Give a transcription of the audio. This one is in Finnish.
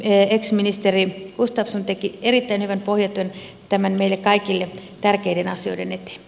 ex ministeri gustafsson teki erittäin hyvän pohjatyön näiden meille kaikille tärkeiden asioiden eteen